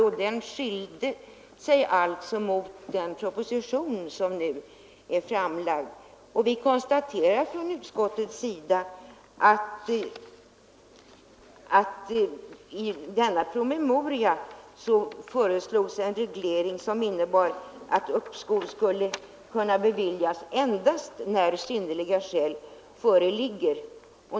Promemorian skiljer sig från den framlagda propositionen, och vi konstaterar från utskottets sida att det i denna promemoria finns en reglering som innebär att uppskov skall kunna beviljas endast när synnerliga skäl föreligger.